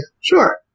Sure